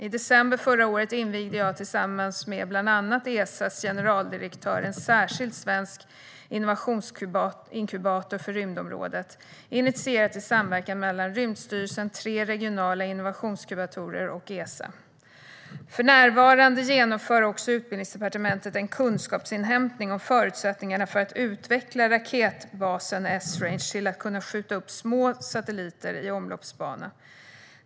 I december förra året invigde jag tillsammans med bland andra Esas generaldirektör en särskild svensk innovationsinkubator för rymdområdet, initierad i samverkan mellan Rymdstyrelsen, tre regionala innovationsinkubatorer och Esa. För närvarande genomför också Utbildningsdepartementet en kunskapsinhämtning om förutsättningarna för att utveckla raketbasen Esrange till att kunna skjuta upp små satelliter i omloppsbana.